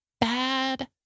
bad